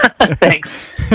Thanks